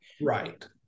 Right